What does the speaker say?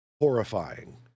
horrifying